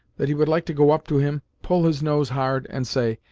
that he would like to go up to him, pull his nose hard, and say,